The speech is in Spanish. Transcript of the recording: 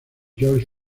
georg